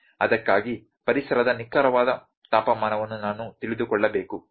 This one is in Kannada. ಅದಕ್ಕಾಗಿ ಪರಿಸರದ ನಿಖರವಾದ ತಾಪಮಾನವನ್ನು ನಾನು ತಿಳಿದುಕೊಳ್ಳಬೇಕು ಸರಿ